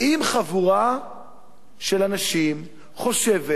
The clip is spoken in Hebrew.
אם חבורה של אנשים חושבת